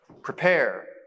Prepare